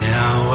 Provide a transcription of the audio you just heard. Now